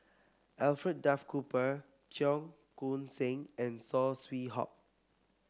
Alfred Duff Cooper Cheong Koon Seng and Saw Swee Hock